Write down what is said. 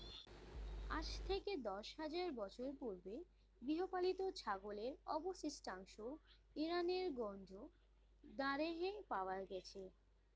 আজ থেকে দশ হাজার বছর পূর্বে গৃহপালিত ছাগলের অবশিষ্টাংশ ইরানের গঞ্জ দারেহে পাওয়া গেছে